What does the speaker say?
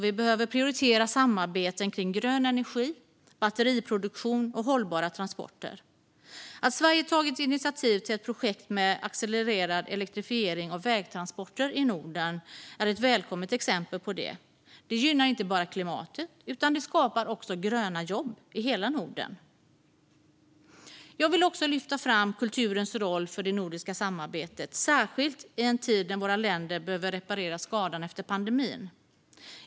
Vi behöver prioritera samarbeten kring grön energi, batteriproduktion och hållbara transporter. Att Sverige tagit initiativ till ett projekt med accelererad elektrifiering av vägtransporter i Norden är ett välkommet exempel på detta. Det gynnar inte bara klimatet utan skapar också gröna jobb i hela Norden. Jag vill också lyfta fram kulturens roll för det nordiska samarbetet, särskilt i en tid när våra länder behöver reparera skadan efter pandemin.